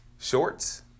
Shorts